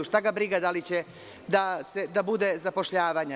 Šta ga briga da li će da bude zapošljavanja.